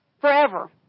forever